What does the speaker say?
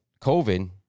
COVID